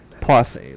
plus